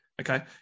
okay